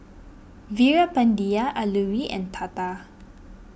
Veerapandiya Alluri and Tata